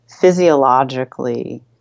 physiologically